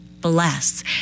bless